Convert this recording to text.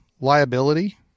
liability